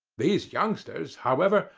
these youngsters, however,